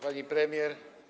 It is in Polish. Pani Premier!